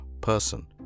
person